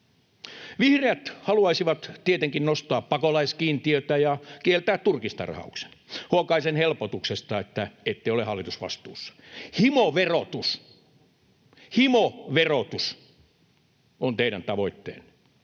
Vihreät haluaisivat tietenkin nostaa pakolaiskiintiötä ja kieltää turkistarhauksen. Huokaisen helpotuksesta, että ette ole hallitusvastuussa. Himoverotus — himoverotus — on teidän tavoitteenne.